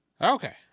Okay